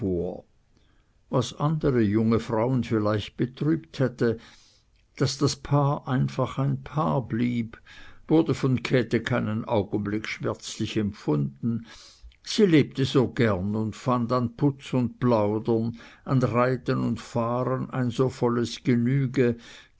was andere junge frauen vielleicht betrübt hätte daß das paar einfach ein paar blieb wurde von käthe keinen augenblick schmerzlich empfanden sie lebte so gern und fand an putz und plaudern an reiten und fahren ein so volles genüge